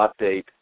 update